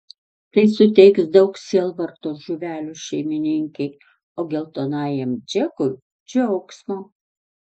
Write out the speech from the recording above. tai suteiks daug sielvarto žuvelių šeimininkei o geltonajam džekui džiaugsmo